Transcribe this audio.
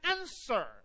answer